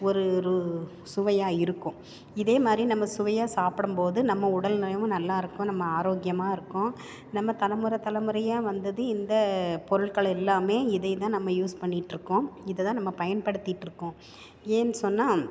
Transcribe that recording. ஒரு சுவையாக இருக்கும் இதே மாதிரி நம்ம சுவையாக சாப்பிடும் போது நம்ம உடல் நலமும் நல்லாயிருக்கும் நம்ம ஆரோக்கியமாக இருக்கும் நம்ம தலைமுற தலைமுறையா வந்தது இந்த பொருட்களெல்லாம் இதை தான் நம்ம யூஸ் பண்ணிட்டுருக்கோம் இதை தான் நம்ம பயன்படுத்திட்டு இருக்கோம் ஏன்னு சொன்னால்